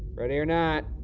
ready or not.